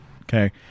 Okay